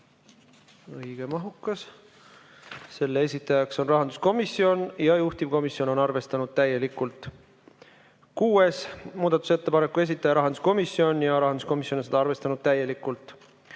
õige mahukas, selle esitaja on rahanduskomisjon ja juhtivkomisjon on arvestanud täielikult. Kuuenda muudatusettepaneku esitaja on rahanduskomisjon ja rahanduskomisjon on seda arvestanud täielikult.